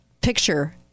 picture